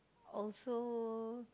also